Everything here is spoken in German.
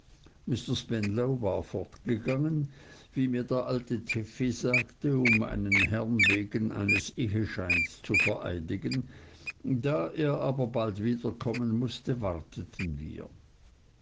war fortgegangen wie mir der alte tiffey sagte um einen herrn wegen eines ehescheins zu vereidigen da er aber bald wiederkommen mußte warteten wir